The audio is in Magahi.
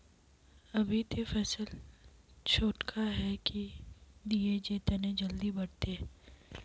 अभी ते फसल छोटका है की दिये जे तने जल्दी बढ़ते?